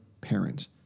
parent